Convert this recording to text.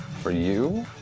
for you?